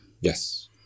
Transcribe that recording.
Yes